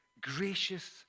gracious